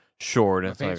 Short